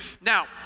Now